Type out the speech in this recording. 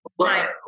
Right